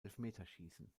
elfmeterschießen